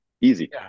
easy